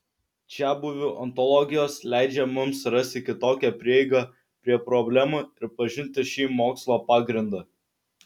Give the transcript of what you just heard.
čiabuvių ontologijos leidžia mums rasti kitokią prieigą prie problemų ir pažinti šį mokslo pagrindą